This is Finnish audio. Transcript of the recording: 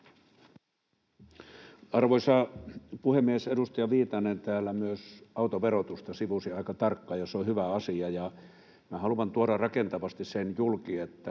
Arvoisa puhemies! Edustaja Viitanen täällä myös autoverotusta sivusi aika tarkkaan, ja se on hyvä asia. Minä haluan tuoda rakentavasti julki sen, että